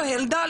והילדה,